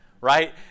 Right